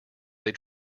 they